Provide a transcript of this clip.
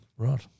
Right